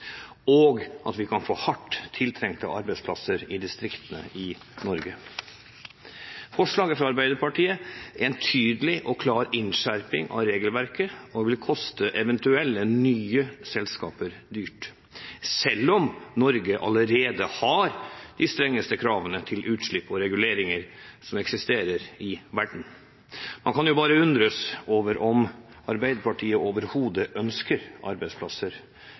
vi kan få hardt tiltrengte arbeidsplasser i distriktene i Norge. Forslaget fra Arbeiderpartiet er en tydelig og klar innskjerping av regelverket – og vil koste eventuelle nye selskaper dyrt – selv om Norge allerede har de strengeste kravene til utslipp og reguleringer som eksisterer i verden. Man kan bare undres over om Arbeiderpartiet overhodet ønsker arbeidsplasser